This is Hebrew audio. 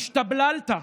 השתבללת?